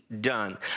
done